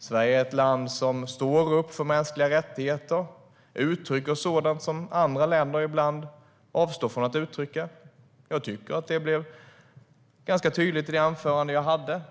Sverige är ett land som står upp för mänskliga rättigheter och uttrycker sådant som andra länder ibland avstår från att uttrycka. Jag tycker att det var ganska tydligt i det anförande jag hade.